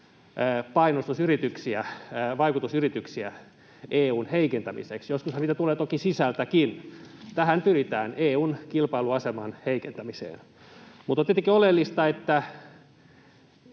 painostusyrityksiä, vaikutusyrityksiä EU:n heikentämiseksi. Joskushan niitä tulee toki sisältäkin. Pyritään EU:n kilpailuaseman heikentämiseen. Mutta on tietenkin oleellista, että